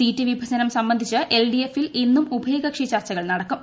seat വിഭജനം സംബന്ധിച്ച് എൽഡിഎഫിൽ ഇന്നും ഉഭയകക്ഷി ചർച്ചകൾ നടക്കും